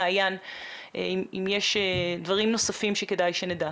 אם יש דברים נוספים שכדאי שנדע.